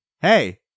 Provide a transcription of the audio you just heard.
Hey